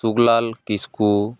ᱥᱩᱠᱞᱟᱞ ᱠᱤᱥᱠᱩ